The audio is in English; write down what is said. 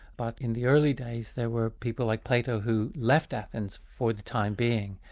but in the early days there were people like plato who left athens for the time being,